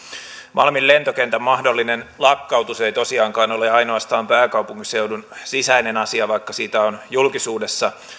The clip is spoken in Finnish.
malmin lentokentän mahdollinen lakkautus ei tosiaankaan ole ainoastaan pääkaupunkiseudun sisäinen asia vaikka sitä on julkisuudessa